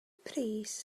pris